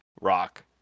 rock